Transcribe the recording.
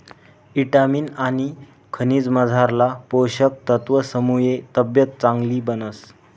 ईटामिन आनी खनिजमझारला पोषक तत्वसमुये तब्येत चांगली बनस